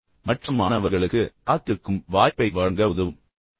இது மற்ற மாணவர்களுக்கு காத்திருக்கும் வாய்ப்பை வழங்க உதவும்